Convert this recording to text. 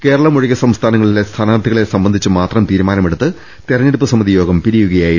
കേരളമൊഴികെ സംസ്ഥാനങ്ങളിലെ സ്ഥാനാർത്ഥികളെ സംബന്ധിച്ച് മാത്രം തീരുമാ നമെടുത്ത് തെരഞ്ഞെടുപ്പ് സമിതി യോഗം പിരിയുകയായിരുന്നു